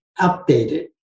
updated